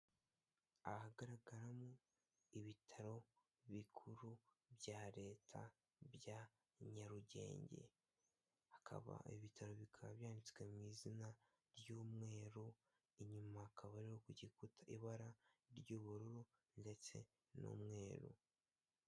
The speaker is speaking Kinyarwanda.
Ahagaragaramo ibitaro bikuru bya leta bya Nyarugenge, hakaba ibitaro bikaba byanditswe mu izina ry'umweru inyuma akaba ku gikuta ibara ry'ubururu ndetse n'umweru.